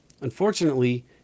Unfortunately